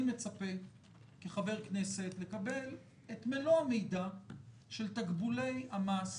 אני מצפה כחבר כנסת לקבל את מלא המידע של תקבולי המס